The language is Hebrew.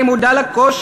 אני מודע לקושי,